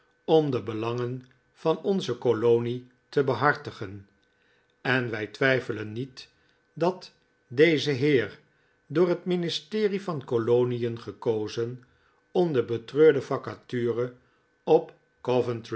om de belangen van onze kolonien te behartigen en wij twijfelen niet dat deze heer door het ministerie van kolonien gekozen om de betreurde vacature op